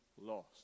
lost